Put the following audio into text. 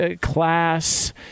class